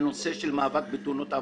בנושא של מאבק בתאונות העבודה.